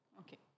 okay